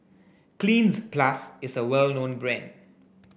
Cleanz Plus is a well known brand